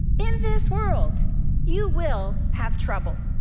in this world you will have trouble.